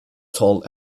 tall